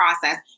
process